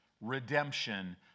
redemption